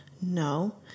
no